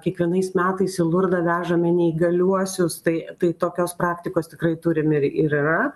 kiekvienais metais į lurdą vežame neįgaliuosius tai tai tokios praktikos tikrai turime ir ir yra